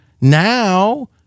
now –